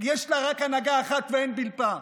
יש לה רק הנהגה אחת ואין בלתה.